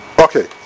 Okay